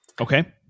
Okay